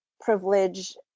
privilege